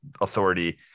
authority